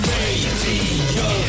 Radio